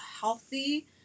healthy